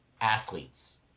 athletes